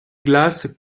glaces